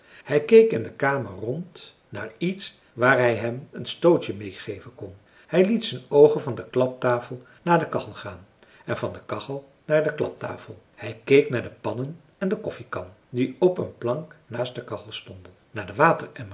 hij keek in de kamer rond naar iets waar hij hem een stootje meê geven kon hij liet zijn oogen van de klaptafel naar de kachel gaan en van de kachel naar de klaptafel hij keek naar de pannen en de koffiekan die op een plank naast de kachel stonden naar den